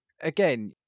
Again